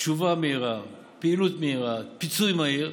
תשובה מהירה, פעילות מהירה, פיצוי מהיר,